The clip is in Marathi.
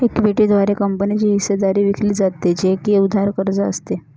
इक्विटी द्वारे कंपनीची हिस्सेदारी विकली जाते, जे की उधार कर्ज असते